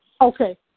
Okay